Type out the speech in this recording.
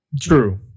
True